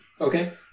Okay